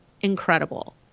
Incredible